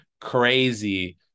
crazy